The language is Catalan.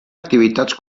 activitats